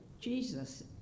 Jesus